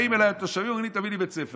באים אליי התושבים ואומרים לי: תביא לי בית ספר.